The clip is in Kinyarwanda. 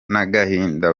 n’agahinda